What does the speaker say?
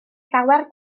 llawer